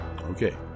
Okay